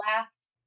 last